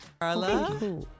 Carla